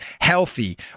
healthy